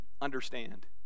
understand